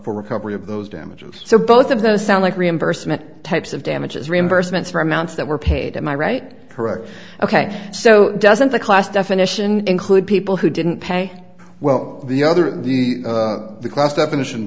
for recovery of those damages so both of those sound like reimbursement types of damages reimbursements for amounts that were paid to my right correct ok so doesn't the class definition include people who didn't pay well the other the class